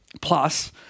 plus